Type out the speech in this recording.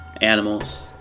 Animals